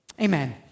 Amen